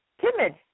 timid